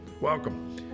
Welcome